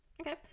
Okay